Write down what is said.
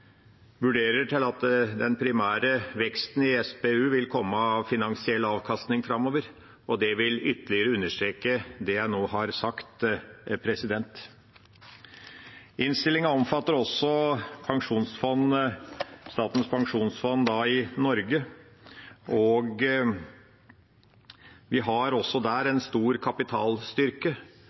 vurderer det slik at veksten i SPU framover primært vil komme fra den finansielle avkastningen, og det vil ytterligere understreke det jeg nå har sagt. Innstillinga omfatter også Statens pensjonsfond Norge. Vi har også der en stor kapitalstyrke.